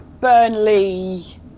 Burnley